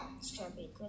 Strawberry